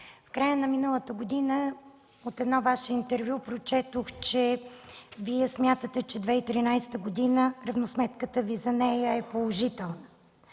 В края на миналата година от едно Ваше интервю прочетох, че Вие смятате, че равносметката Ви за 2013 г. е положителна.